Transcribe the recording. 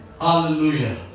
Hallelujah